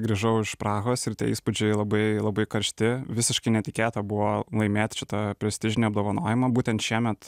grįžau iš prahos ir tie įspūdžiai labai labai karšti visiškai netikėta buvo laimėti šitą prestižinį apdovanojimą būtent šiemet